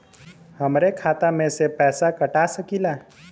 हमरे खाता में से पैसा कटा सकी ला?